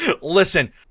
Listen